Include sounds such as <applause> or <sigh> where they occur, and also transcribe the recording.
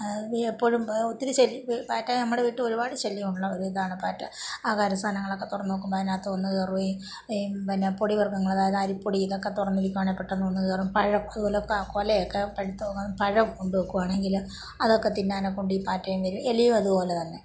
ഈ എപ്പോഴും ഒത്തിരി പാറ്റ നമ്മുടെ വീട്ടിൽ ഒരുപാട് ശല്യം ഉള്ള ഒരിതാണ് പാറ്റ ആഹാര സാധനങ്ങളൊക്കെ തുറന്ന് വെക്കുമ്പം അതിനകത്ത് വന്ന് കയറുകയും പിന്നെ പൊടിവർഗ്ഗങ്ങളതായത് അരിപ്പൊടി ഇതൊക്കെ തുറന്നിരിക്കുകയാണെങ്കിൽ പെട്ടെന്ന് വന്നു കയറും പഴം അതുപോലെ കുലയെക്കെ പഴുത്ത <unintelligible> പഴം കൊണ്ടുവെക്കുകയാണെങ്കിൽ അതൊക്കെ തിന്നാനെക്കൊണ്ട് ഈ പാറ്റയും വരും എലിയും അതുപോല തന്നെ